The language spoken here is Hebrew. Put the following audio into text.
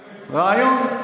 רעיון.